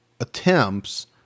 attempts